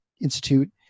Institute